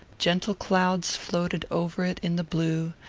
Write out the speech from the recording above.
gentle clouds floated over it in the blue,